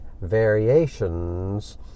variations